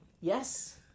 Yes